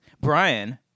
Brian